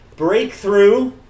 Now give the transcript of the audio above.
Breakthrough